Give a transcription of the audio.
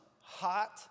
hot